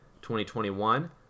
2021